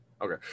Okay